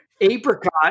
apricot